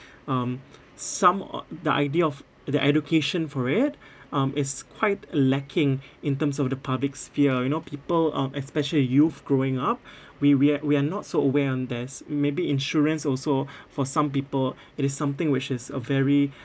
um some or the idea of the education for it um is quite lacking in terms of the public sphere you know people uh especially a youth growing up we we're we are not so aware on this maybe insurance also for some people it is something which is a very